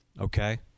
okay